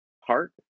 heart